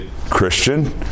Christian